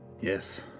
Yes